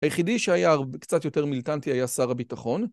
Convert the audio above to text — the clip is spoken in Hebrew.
היחידי שהיה קצת יותר מיליטנטי היה שר הביטחון.